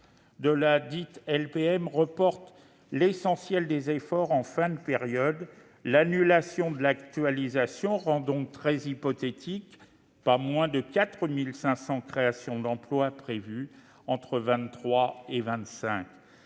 de la LPM reporte l'essentiel de l'effort à la fin de la période, l'annulation de l'actualisation rend très hypothétiques les quelque 4 500 créations d'emplois prévues entre 2023 et 2025.